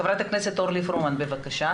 עידן, מחכים לך.